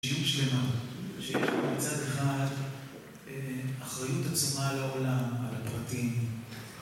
שיום שלמה, שיש בצד אחד אחריות עצומה לעולם, על הפרטים